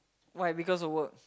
why because of work